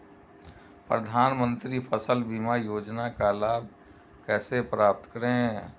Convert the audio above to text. प्रधानमंत्री फसल बीमा योजना का लाभ कैसे प्राप्त करें?